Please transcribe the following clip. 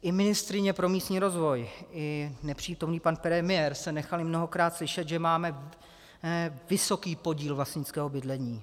I ministryně pro místní rozvoj i nepřítomný pan premiér se nechali mnohokrát slyšet, že máme vysoký podíl vlastnického bydlení.